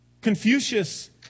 Confucius